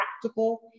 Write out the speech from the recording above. practical